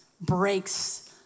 breaks